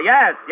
Yes